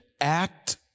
act